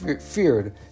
feared